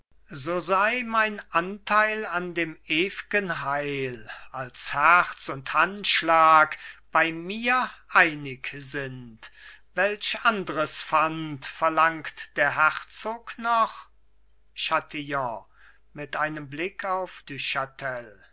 so sei mein anteil an dem ewgen heil als herz und handschlag bei mir einig sind welch andres pfand verlangt der herzog noch chatillon mit einem blick auf